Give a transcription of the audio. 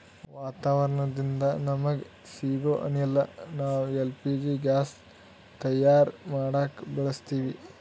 ವಾತಾವರಣದಿಂದ ನಮಗ ಸಿಗೊ ಅನಿಲ ನಾವ್ ಎಲ್ ಪಿ ಜಿ ಗ್ಯಾಸ್ ತಯಾರ್ ಮಾಡಕ್ ಬಳಸತ್ತೀವಿ